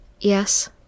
Yes